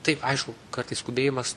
taip aišku kartais skubėjimas